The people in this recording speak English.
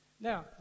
Now